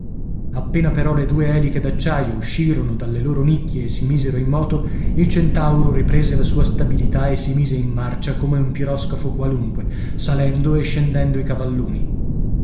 appena però le due eliche d'acciaio uscirono dalle loro nicchie e si misero in moto il centauro riprese la sua stabilità e si mise in marcia come un piroscafo qualunque salendo e scendendo i cavalloni